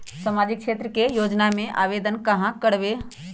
सामाजिक क्षेत्र के योजना में आवेदन कहाँ करवे?